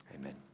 amen